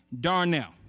Darnell